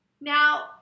Now